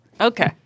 Okay